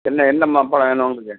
என்ன என்னமா பழம் வேணும் உங்களுக்கு